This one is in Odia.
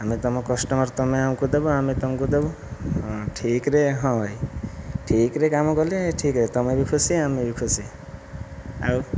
ଆମେ ତୁମ କଷ୍ଟମର ତୁମେ ଆମକୁ ଦେବ ଆମେ ତୁମକୁ ଦେବୁ ହଁ ଠିକ୍ରେ ହଁ ଭାଇ ଠିକ୍ରେ କାମ କଲେ ଠିକ୍ ତୁମେ ବି ଖୁସି ଆମେ ବି ଖୁସି ଆଉ